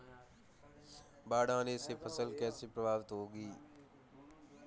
बाढ़ आने से फसल कैसे प्रभावित होगी?